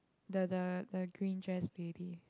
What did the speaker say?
the the the green dress lady